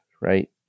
right